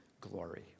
glory